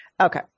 Okay